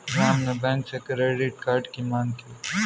राम ने बैंक से credit card की माँग की